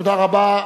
תודה רבה.